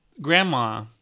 grandma